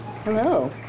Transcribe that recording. Hello